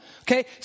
okay